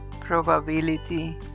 probability